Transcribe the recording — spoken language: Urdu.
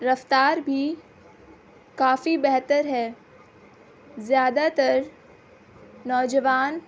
رفتار بھی کافی بہتر ہے زیادہ تر نوجوان